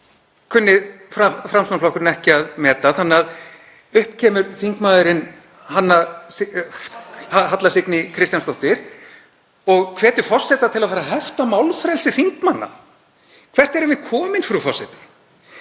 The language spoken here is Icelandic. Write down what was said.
kunni Framsóknarflokkurinn ekki að meta þannig að upp kemur þingmaðurinn Halla Signý Kristjánsdóttir og hvetur forseta til að fara að hefta málfrelsi þingmanna. Hvert erum við komin, frú forseti?